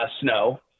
Snow